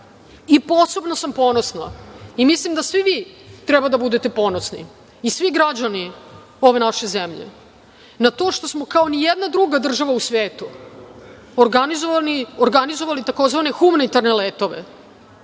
kugle. Posebno sam ponosna i mislim da svi vi treba da budete ponosni, svi građani ove naše zemlje, na to što smo kao ni jedna druga država u svetu organizovali tzv. humanitarne letove,